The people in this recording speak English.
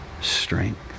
strength